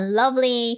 lovely